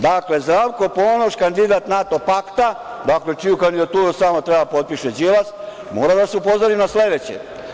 Dakle, Zdravko Ponoš, kandidat NATO pakta, čiju kandidaturu samo treba da potpiše Đilas, mora da se upozori na sledeće.